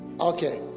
Okay